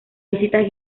visitas